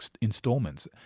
installments